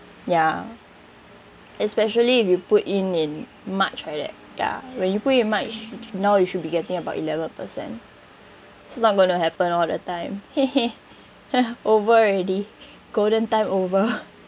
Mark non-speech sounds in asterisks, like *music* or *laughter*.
ya especially if you put in in much like that ya when you put in much now you should be getting about eleven percent it's not gonna happen all the time *laughs* !huh! over already golden time over